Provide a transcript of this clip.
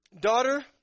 daughter